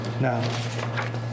Now